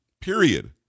period